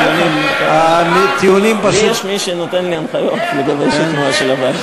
הטיעונים פשוט, תן לי קצת ליהנות.